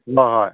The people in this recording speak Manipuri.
ꯍꯣꯏ ꯍꯣꯏ